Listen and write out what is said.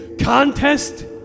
contest